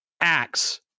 acts